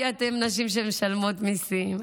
כי אתן נשים שמשלמות מיסים,